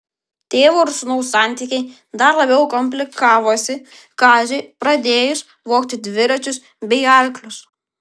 tėvo ir sūnaus santykiai dar labiau komplikavosi kaziui pradėjus vogti dviračius bei arklius